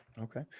okay